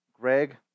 Greg